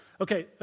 Okay